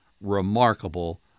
remarkable